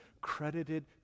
credited